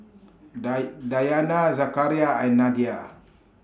dye Dayana Zakaria and Nadia